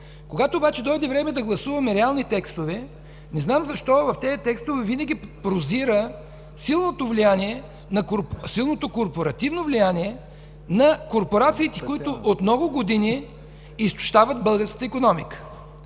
Когато обаче дойде време да гласуваме реални текстове, не знам защо в тези текстове винаги прозира силното корпоративно влияние на корпорациите, които от много години изтощават българската икономика.